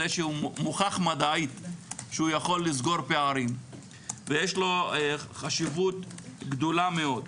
זה שהוא מוכח מדעית שהוא יכול לסגור פערים ויש לו חשיבות גדולה מאוד.